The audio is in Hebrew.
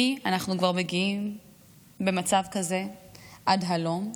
למי אנחנו כבר מגיעים במצב כזה עד הלום?